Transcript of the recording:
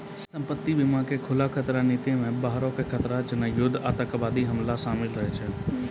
संपत्ति बीमा के खुल्ला खतरा नीति मे बाहरो के खतरा जेना कि युद्ध आतंकबादी हमला शामिल रहै छै